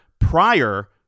prior